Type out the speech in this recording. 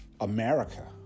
America